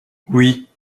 oui